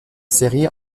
série